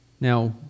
Now